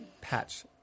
patch